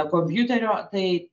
kompiuterio tai